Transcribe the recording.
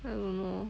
I don't know